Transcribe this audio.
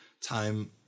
time